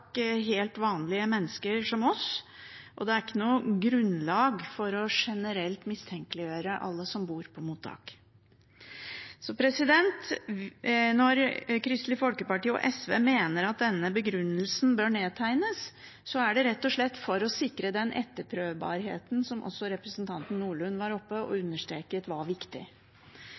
helt vanlige mennesker, som oss, og det er ikke noe grunnlag for generelt å mistenkeliggjøre alle som bor på mottak. Når Kristelig Folkeparti og SV mener at denne begrunnelsen bør nedtegnes, er det rett og slett for å sikre den etterprøvbarheten som også representanten Nordlund var oppe og understreket var viktig.